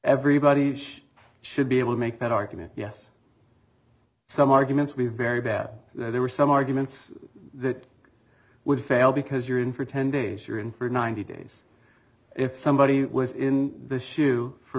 everybody should be able to make that argument yes some arguments we have very bad there were some arguments that would fail because you're in for ten days you're in for ninety days if somebody was in the shoe for